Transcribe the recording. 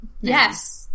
Yes